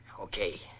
Okay